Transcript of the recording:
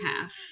half